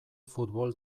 futbol